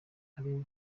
ari